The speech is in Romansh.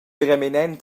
reminent